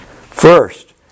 First